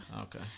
Okay